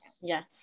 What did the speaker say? yes